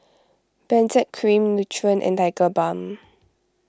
Benzac Cream Nutren and Tigerbalm